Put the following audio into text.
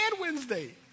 Wednesday